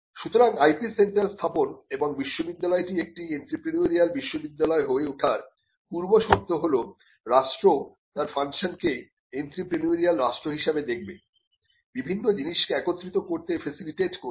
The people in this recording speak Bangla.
সুতরাং IPসেন্টার স্থাপন এবং বিশ্ববিদ্যালয়টি একটি এন্ত্রেপ্রেনিউরিয়াল বিশ্ববিদ্যালয় হয়ে ওঠার পূর্ব শর্ত হল রাষ্ট্র তার ফাংশন কে এন্ত্রেপ্রেনিউরিয়াল রাষ্ট্র হিসাবে দেখবে বিভিন্ন জিনিসকে একত্রিত করতে ফেসিলিটেট করবে